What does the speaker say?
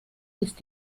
ist